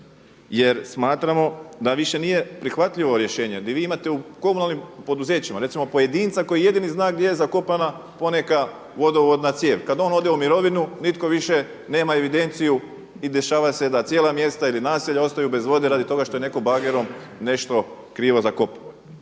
Jer smatramo da više nije prihvatljivo rješenje, da vi imate u komunalnim poduzećima recimo pojedinca koji jedino zna gdje je zakopana poneka vodovodna cijev. Kad on ode u mirovinu nitko više nema evidenciju i dešava se da cijela mjesta ili naselja ostaju bez vode rade toga što je netko bagerom nešto krivo zakopao.